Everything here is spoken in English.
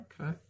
Okay